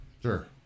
sure